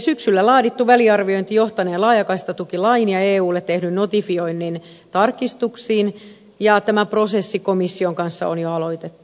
syksyllä laadittu väliarviointi johtanee laajakaistatukilain ja eulle tehdyn notifioinnin tarkistuksiin ja tämä prosessi komission kanssa on jo aloitettu